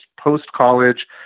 post-college